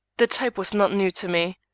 the type was not new to me.